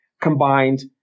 combined